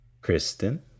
Kristen